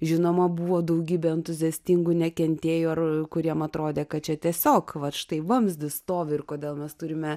žinoma buvo daugybė entuziastingų nekentėjų ar kuriem atrodė kad čia tiesiog vat štai vamzdis stovi ir kodėl mes turime